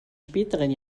späteren